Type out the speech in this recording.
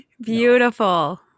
Beautiful